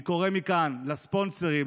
אני קורא מכאן לספונסרים,